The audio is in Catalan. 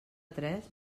tres